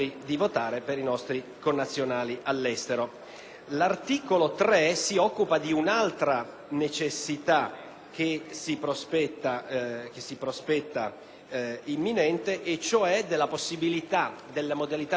L'articolo 3 si occupa di un'altra necessità che si prospetta imminente, cioè delle modalità di espressione del voto all'estero